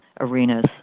arenas